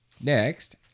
next